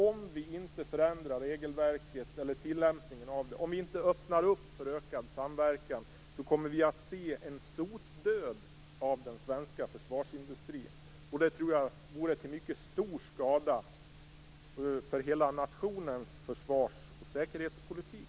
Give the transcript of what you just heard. Om vi inte förändrar regelverket eller tillämpningen av det, om vi inte öppnar för ökad samverkan, kommer vi att se en sotdöd för den svenska försvarsindustrin. Det tror jag vore till mycket stor skada för hela nationens försvars och säkerhetspolitik.